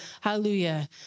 hallelujah